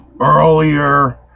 earlier